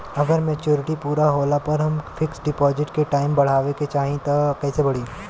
अगर मेचूरिटि पूरा होला पर हम फिक्स डिपॉज़िट के टाइम बढ़ावे के चाहिए त कैसे बढ़ी?